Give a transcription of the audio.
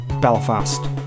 Belfast